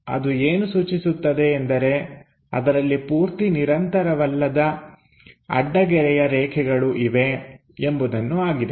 ಅದು ಏನು ಸೂಚಿಸುತ್ತದೆ ಎಂದರೆ ಅದರಲ್ಲಿ ಪೂರ್ತಿ ನಿರಂತರವಲ್ಲದ ಅಡ್ಡಗೆರೆಯ ರೇಖೆಗಳು ಇವೆ ಎಂಬುದನ್ನು ಆಗಿದೆ